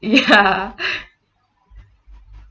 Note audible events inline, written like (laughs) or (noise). ya (laughs) (breath)